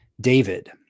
David